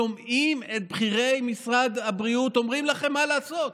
שומעים את בכירי משרד הבריאות אומרים לכם מה לעשות,